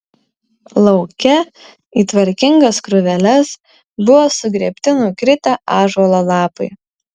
lauke į tvarkingas krūveles buvo sugrėbti nukritę ąžuolo lapai